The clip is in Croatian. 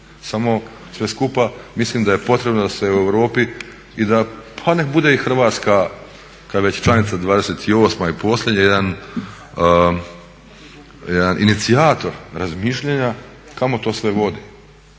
samo sve skupa mislim da je potrebno da se u Europi, pa nek bude i Hrvatska kad je već članica 28 i posljednja, jedan inicijator razmišljanja kamo to sve vodi?